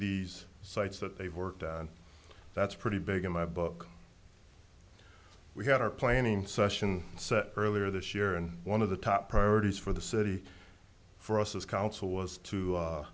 these sites that they've worked on that's pretty big in my book we had our planning session earlier this year and one of the top priorities for the city for us as council was to